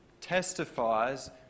testifies